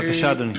בבקשה, אדוני.